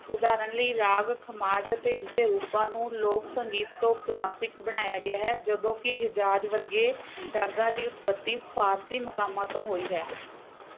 ਉਦਾਹਰਨ ਲਈ ਰਾਗ ਖਮਾਜ ਅਤੇ ਇਸਦੇ ਰੂਪਾਂ ਨੂੰ ਲੋਕ ਸੰਗੀਤ ਤੋਂ ਕਲਾਸਿਕ ਬਣਾਇਆ ਗਿਆ ਹੈ ਜਦੋਂ ਕਿ ਹਿਜਾਜ ਵਰਗੇ ਰਾਗਾਂ ਦੀ ਉਤਪੱਤੀ ਫ਼ਾਰਸੀ ਮਕਾਮਾਂ ਤੋਂ ਹੋਈ ਹੈ